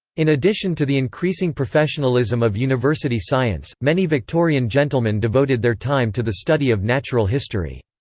in addition to the increasing professionalism of university science, many victorian gentlemen devoted their time to the study of natural history.